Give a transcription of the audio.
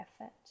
effort